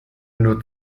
nur